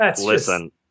listen